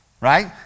right